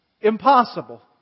impossible